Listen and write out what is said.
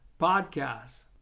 podcasts